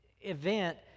event